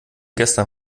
gestern